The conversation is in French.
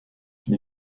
les